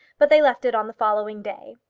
but they left it on the following day.